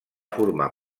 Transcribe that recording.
formar